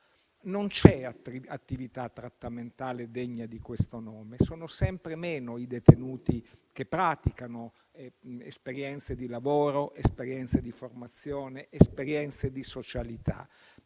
non c'è attività trattamentale degna di questo nome. Sono sempre meno i detenuti che praticano esperienze di lavoro, esperienze di formazione, esperienze di socialità